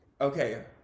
Okay